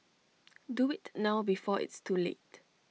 do IT now before it's too late